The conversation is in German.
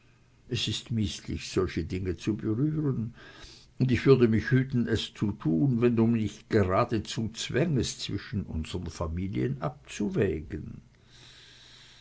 es ist mißlich solche dinge zu berühren und ich würde mich hüten es zu tun wenn du mich nicht geradezu zwängest zwischen unsren familien abzuwägen